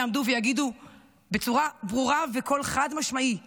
יעמדו ויגידו בצורה ברורה ובקול חד-משמעי לחמאס: